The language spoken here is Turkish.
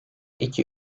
iki